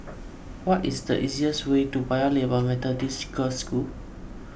what is the easiest way to Paya Lebar Methodist Girls' School